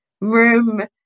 room